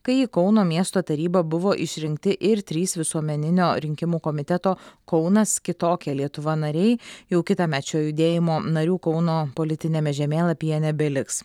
kai į kauno miesto tarybą buvo išrinkti ir trys visuomeninio rinkimų komiteto kaunas kitokia lietuva nariai jau kitąmet šio judėjimo narių kauno politiniame žemėlapyje nebeliks